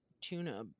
tuna